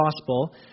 gospel